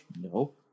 No